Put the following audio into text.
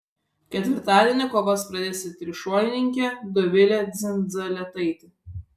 ketvirtadienį kovas pradės ir trišuolininkė dovilė dzindzaletaitė